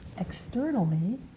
externally